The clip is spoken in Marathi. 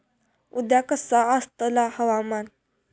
उद्या कसा आसतला हवामान?